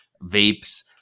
vapes